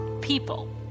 people